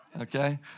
okay